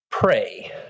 Pray